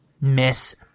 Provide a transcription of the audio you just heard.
miss